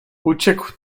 uciekł